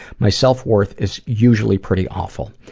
my self-worth is usually pretty awful.